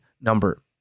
number